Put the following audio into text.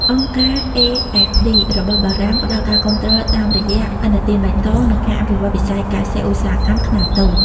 អង្គការ AFD (របស់បារាំង) ផ្ដល់ការគាំទ្រតាមរយៈ "ឥណទានបៃតង" និងការអភិវឌ្ឍវិស័យកសិ-ឧស្សាហកម្មខ្នាតតូច។